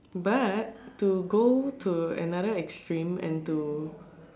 but to go to another extreme and to